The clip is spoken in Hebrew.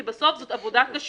כי בסוף זאת עבודה קשה,